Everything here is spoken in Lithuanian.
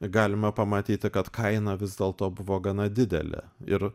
galima pamatyti kad kaina vis dėlto buvo gana didelė ir